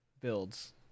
builds